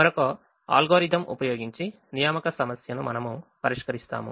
మరొక అల్గోరిథం ఉపయోగించి assignment problem ను మనము పరిష్కరిస్తాము